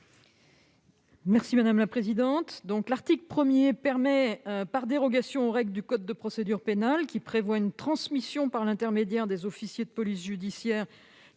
Mme Laurence Harribey. L'article 1 permet, par dérogation aux règles du code de procédure pénale qui prévoient une transmission par l'intermédiaire des officiers de police judiciaire